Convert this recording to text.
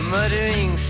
Muttering